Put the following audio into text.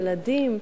ילדים,